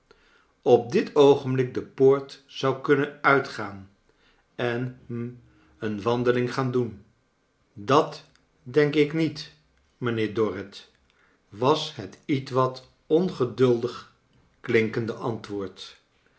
op dit oogenblik de poort zou kunnen uitgaan en hm een wandeiing gaan doen dat denk ik niet mijnheer dorrit was het ietwat ongeduldig klinkende antwoord